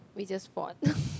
we just fought